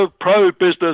pro-business